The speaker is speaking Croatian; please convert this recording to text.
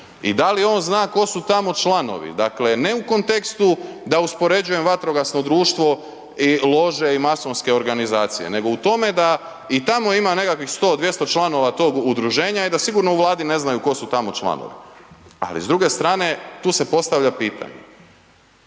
i da li on zna ko su tamo članovi? Dakle, ne u kontekstu da uspoređujem DVD i lože i masonske organizacije, nego u tome da i tamo ima nekakvih 100, 200 članova tog udruženja i da sigurno u Vladi ne znaju ko su tamo članovi. Ali s druge strane tu se postavlja pitanje,